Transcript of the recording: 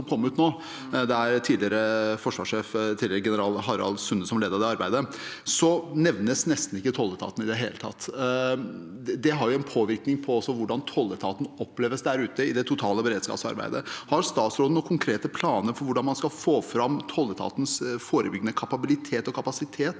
det var tidligere forsvarssjef og tidligere general Harald Sunde som ledet det arbeidet – nevnes nesten ikke tolletaten i det hele tatt. Det har en påvirkning på hvordan tolletaten oppleves der ute i det totale beredskapsarbeidet. Har statsråden noen konkrete planer for hvordan man skal få fram tolletatens forebyggende kapabilitet og kapasitet